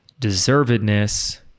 deservedness